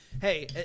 hey